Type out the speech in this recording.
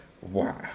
Wow